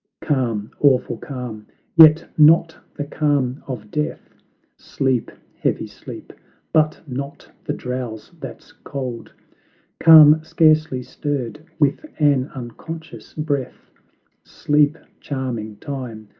calm, awful calm yet not the calm of death sleep, heavy sleep but not the drowse that's cold calm scarcely stirred with an unconscious breath sleep, charming time,